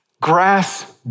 grass